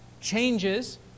changes